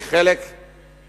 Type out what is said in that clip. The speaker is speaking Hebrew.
היא חלק בקואליציה,